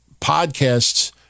podcasts